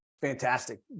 fantastic